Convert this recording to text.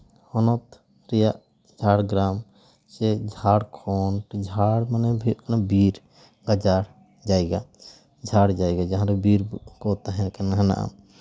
ᱱᱚᱣᱟ ᱦᱚᱱᱚᱛ ᱨᱮᱭᱟᱜ ᱡᱷᱟᱲᱜᱨᱟᱢ ᱡᱷᱟᱲᱠᱷᱚᱸᱰ ᱡᱷᱟᱲ ᱢᱟᱱᱮ ᱫᱚ ᱦᱩᱭᱩᱜ ᱠᱟᱱᱟ ᱵᱤᱨ ᱜᱟᱡᱟᱲ ᱡᱟᱭᱜᱟ ᱡᱷᱟᱲ ᱡᱟᱭᱜᱟ ᱡᱟᱦᱟᱸ ᱨᱮ ᱵᱤᱨ ᱠᱚ ᱛᱟᱦᱮᱸ ᱠᱟᱱᱟ ᱦᱮᱱᱟᱜᱼᱟ